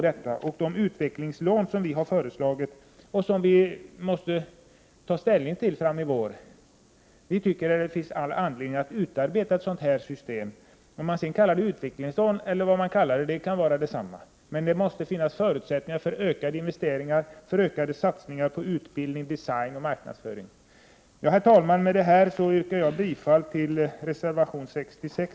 De utvecklingslån som vi har föreslagit och som man måste ta ställning till i vår finns det, enligt vår mening, all anledning att införa. Man må sedan kalla det utvecklingslån eller något annat, det kan göra detsamma. Det måste skapas förutsättningar för ökade investeringar och för ökade satsningar på utbildning, design och marknadsföring. Herr talman! Med det sagda ber jag att få yrka bifall till reservation 66.